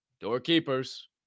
Doorkeepers